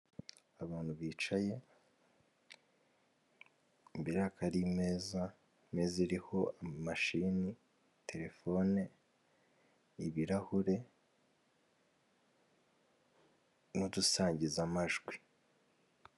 Abantu bicaye imbere hakaba hari imeza iriho mashine, telefone, ibirahure n'udusangizamajwi.